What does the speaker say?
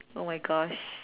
oh my gosh